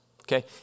okay